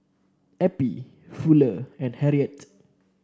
Eppie Fuller and Harriett